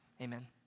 Amen